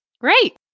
Great